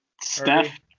Steph